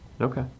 Okay